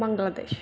Bangladesh